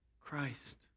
Christ